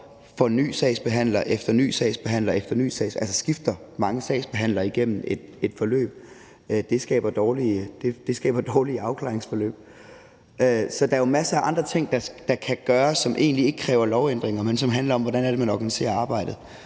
at man som borger får ny sagsbehandler efter ny sagsbehandler, altså skifter mange sagsbehandlere igennem et forløb, skaber dårlige afklaringsforløb. Så der er jo masser af andre ting, der kan gøres, og som egentlig ikke kræver lovændringer, men som handler om, hvordan man organiserer arbejdet